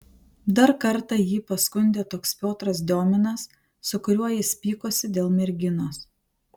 dar kartą jį paskundė toks piotras diominas su kuriuo jis pykosi dėl merginos